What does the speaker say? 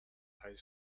high